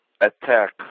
attack